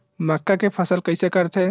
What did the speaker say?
मक्का के फसल कइसे करथे?